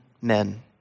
men